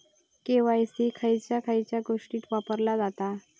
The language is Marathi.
के.वाय.सी खयच्या खयच्या गोष्टीत वापरला जाता?